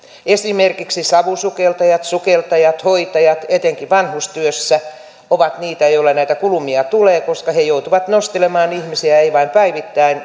esimerkiksi savusukeltajat sukeltajat hoitajat etenkin vanhustyössä ovat niitä joilla näitä kulumia tulee koska he joutuvat nostelemaan ihmisiä eivät vain päivittäin